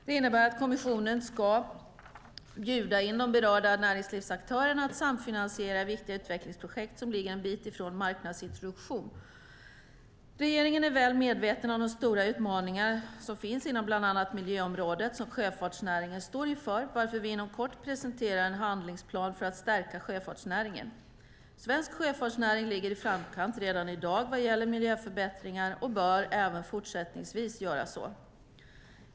Det innebär att kommissionen ska bjuda in de berörda näringslivsaktörerna till att samfinansiera viktiga utvecklingsprojekt som ligger en bit från marknadsintroduktion. Regeringen är väl medveten om de stora utmaningar inom bland annat miljöområdet som sjöfartsnäringen står inför, varför vi inom kort kommer att presentera en handlingsplan för att stärka sjöfartsnäringen. Svensk sjöfartsnäring ligger i framkant redan i dag vad gäller miljöförbättringar och bör även fortsättningsvis göra så.